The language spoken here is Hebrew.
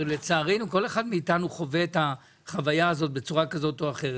הרי לצערנו כל אחד מאיתנו חווה את החוויה הזאת בצורה כזאת או אחרת,